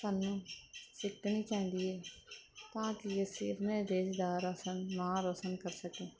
ਸਾਨੂੰ ਸਿੱਖਣੀ ਚਾਹੀਦੀ ਹੈ ਤਾਂ ਕਿ ਅਸੀਂ ਆਪਣੇ ਦੇਸ਼ ਦਾ ਰੋਸ਼ਨ ਨਾਂ ਰੋਸ਼ਨ ਕਰ ਸਕੇਂ